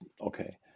okay